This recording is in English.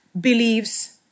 believes